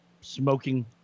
smoking